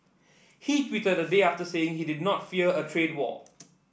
he tweeted a day after saying he did not fear a trade war